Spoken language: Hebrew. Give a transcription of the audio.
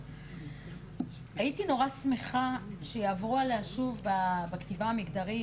הייתי נורא שמחה שיעברו עליה שוב בכתיבה המגדרית,